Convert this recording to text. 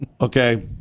Okay